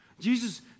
Jesus